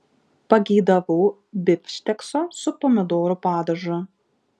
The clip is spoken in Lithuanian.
pageidavau bifštekso su pomidorų padažu